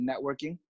networking